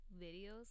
videos